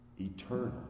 eternal